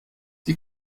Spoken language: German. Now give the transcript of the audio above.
die